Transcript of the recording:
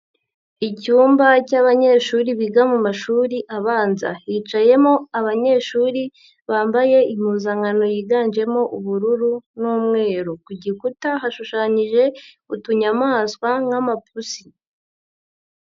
Icyumba cy'abanyeshuri biga mashuri abanza hicayemo abanyeshuri bambaye impuzankano yiganjemo ubururu n'umweru, ku gikuta hashushanyije utunyamaswa nka'mapusi.